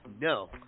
No